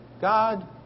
God